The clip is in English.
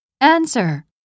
Answer